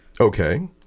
Okay